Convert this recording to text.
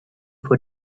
for